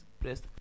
press